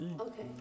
Okay